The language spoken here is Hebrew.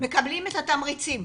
מקבלים את התמריצים.